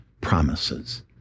promises